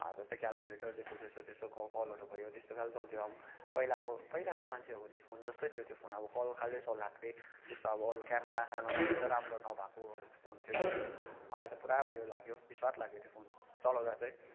जस्तै क्यालकुलेटर त्यस्तो त्यस्तो त्यस्तो कपलहरू भयो त्यस्तो खालि चल्थ्यो अब पहिलाको पहिलाको मान्छेहरको त्यो फोन जस्तै थियो त्यो फोन अब कल खालि यसो लाग्ने त्यस्तो अब अरू क्यामेरा स्यामरा राम्रो नभएको फोन थियो मलाई चाहिँ पुरा उयो लाग्यो बिस्वाद लाग्यो त्यो फोन चलाउँदा चाहिँ